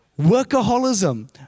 Workaholism